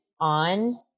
on